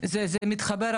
זה מתחבר הכל,